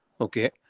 okay